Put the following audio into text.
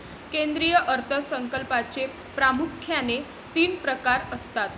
केंद्रीय अर्थ संकल्पाचे प्रामुख्याने तीन प्रकार असतात